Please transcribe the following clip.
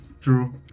True